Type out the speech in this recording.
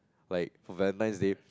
like Valentine Day